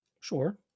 Sure